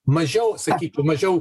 mažiau sakytų mažiau